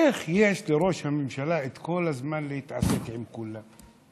איך יש לראש הממשלה כל הזמן להתעסק עם כולם?